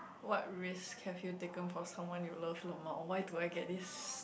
what risk have you taken for someone you love lmao why do I get this